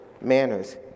manners